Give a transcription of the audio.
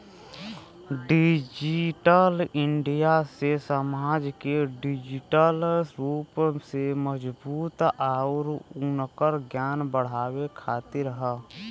digital India से समाज के डिजिटल रूप से मजबूत आउर उनकर ज्ञान बढ़ावे खातिर हौ